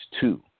two